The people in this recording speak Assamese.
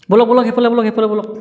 ব'লক ব'লক সেইফালে ব'লক সেইফালে ব'লক